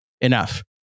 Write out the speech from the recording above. enough